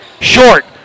short